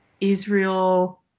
Israel